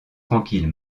tranquille